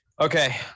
okay